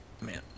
man